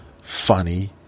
funny